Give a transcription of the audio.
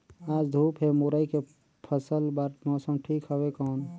आज धूप हे मुरई के फसल बार मौसम ठीक हवय कौन?